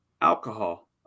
alcohol